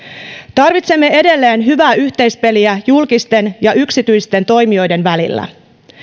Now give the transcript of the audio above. tarvitsemme edelleen hyvää yhteispeliä julkisten ja yksityisten toimijoiden välillä